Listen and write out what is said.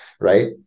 right